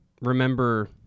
remember